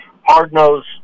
hard-nosed